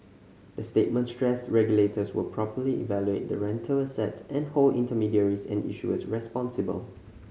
the statement stressed regulators will properly evaluate the rental assets and hold intermediaries and issuers responsible